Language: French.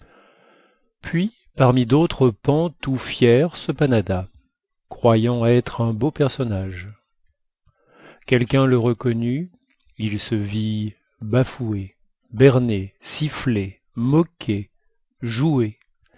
puis parmi d'autres paons tout fiers se panada croyant être un beau personnage quelqu'un le reconnut il se vit bafoué berné sifflé moqué joué